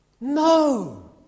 No